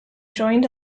joined